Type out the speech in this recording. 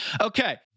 Okay